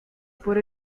por